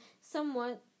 somewhat